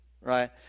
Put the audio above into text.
Right